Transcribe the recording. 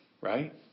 right